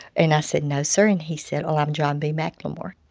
and i said, no sir. and he said, oh, i'm john b. mclemore.